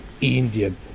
Indian